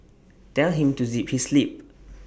tell him to zip his lip